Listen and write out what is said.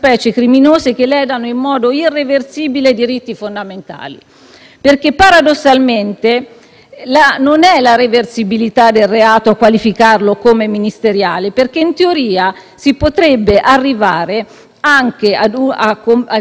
non è la reversibilità del reato, infatti, a qualificarlo come ministeriale, perché in teoria si potrebbe arrivare anche al compimento di un reato grave, quindi a ledere in modo irreversibile dei diritti,